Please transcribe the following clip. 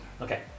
Okay